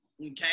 Okay